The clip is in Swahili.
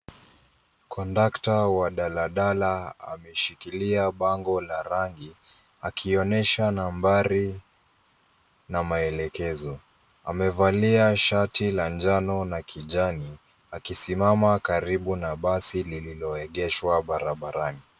Kondakta wa daladala ameshikilia bango la rangi akionyesha nambari na maelekezo. Amevalia shati la njano na kijani akisimama karibu na basi lililoegeshwa barabarani.